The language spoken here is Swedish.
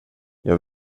jag